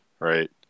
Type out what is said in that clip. Right